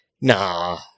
Nah